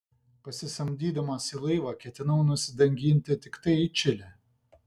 pasisamdydamas į laivą ketinau nusidanginti tiktai į čilę